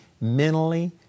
mentally